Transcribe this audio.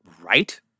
right